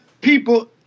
people